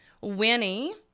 Winnie